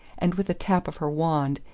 and with a tap of her wand,